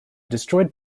destroyed